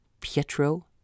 Pietro